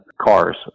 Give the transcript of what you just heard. cars